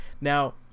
Now